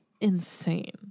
insane